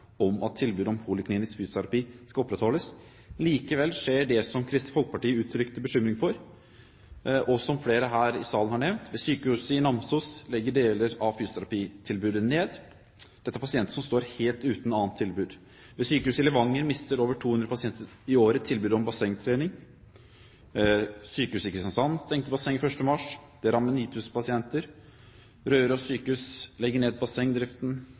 om at tilbudet om poliklinisk fysioterapi skal opprettholdes. Likevel skjer det som Kristelig Folkeparti uttrykte bekymring for, og som flere her i salen har nevnt: Ved Sykehuset Namsos legges deler av fysioterapitilbudet ned. Dette er pasienter som står helt uten annet tilbud. Ved Sykehuset Levanger mister over 200 pasienter i året tilbud om bassengtrening. Sykehuset i Kristiansand stengte bassenget 1. mars. Dette rammer 9 000 pasienter. Røros sykehus legger ned bassengdriften.